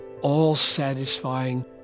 all-satisfying